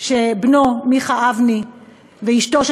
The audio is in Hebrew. בנו מיכה אבני ואשתו קרן,